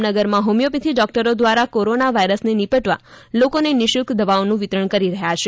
જામનગરમાં હોમિયોપેથી ડોકટરો દ્રારા કોરોના વાઇરસને નિપટવા લોકોને નિઃશુલ્ક દવાઓનું વિતરણ કરી રહ્યા છે